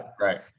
right